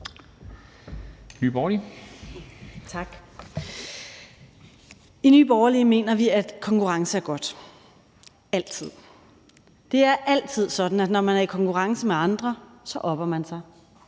I Nye Borgerlige mener vi, at konkurrence er godt – altid. Det er altid sådan, at når man er i konkurrence med andre, opper man sig,